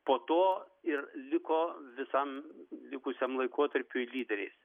po to ir liko visam likusiam laikotarpiui lyderiais